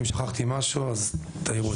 אם שכחתי משהו אז תעירו לי.